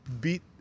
beat